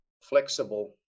flexible